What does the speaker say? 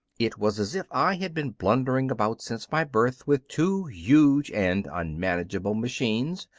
it was as if i had been blundering about since my birth with two huge and unmanageable machines,